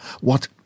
What